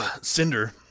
Cinder